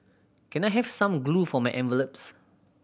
can I have some glue for my envelopes